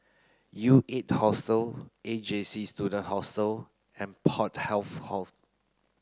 U eight Hostel A J C Student Hostel and Port Health Office